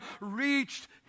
reached